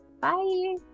Bye